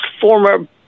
former